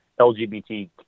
LGBT